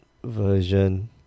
version